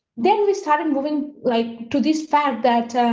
then we started moving, like, to this fact that.